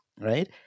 Right